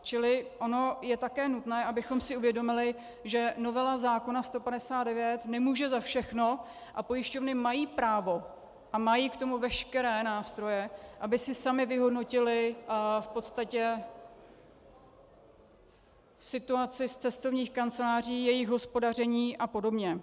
Čili ono je také nutné, abychom si uvědomili, že novela zákona 159 nemůže za všechno a pojišťovny mají právo, a mají k tomu veškeré nástroje, aby si samy vyhodnotily v podstatě situaci z cestovních kanceláří, jejich hospodaření apod.